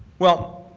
well,